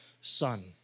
son